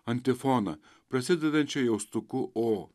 antifoną prasidedančią jaustuku o